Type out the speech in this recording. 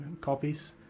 copies